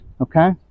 Okay